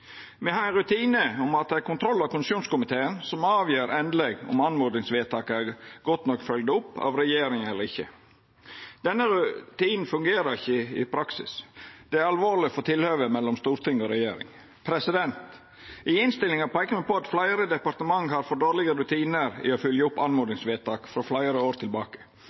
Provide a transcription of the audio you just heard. Me har ein rutine der det er kontroll- og konstitusjonskomiteen som avgjer endeleg om oppmodingsvedtak er godt nok fylgde opp av regjeringa eller ikkje. Denne rutinen fungerer ikkje i praksis. Det er alvorleg for tilhøvet mellom storting og regjering. I innstillinga peiker me på at fleire departement har for dårlege rutinar for å fylgja opp oppmodingsvedtak frå fleire år tilbake.